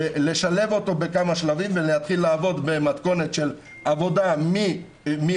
לשלב אותו בכמה שלבים ולהתחיל לעבוד במתכונת של עבודה מהבית.